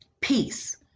peace